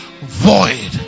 void